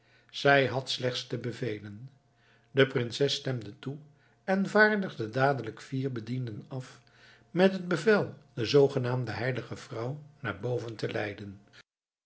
zij had slechts te bevelen de prinses stemde toe en vaardigde dadelijk vier bedienden af met het bevel de zoogenaamde heilige vrouw naar boven te leiden